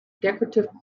decorative